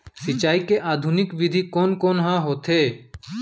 सिंचाई के आधुनिक विधि कोन कोन ह होथे?